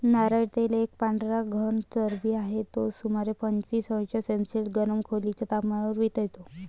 नारळ तेल एक पांढरा घन चरबी आहे, जो सुमारे पंचवीस अंश सेल्सिअस गरम खोलीच्या तपमानावर वितळतो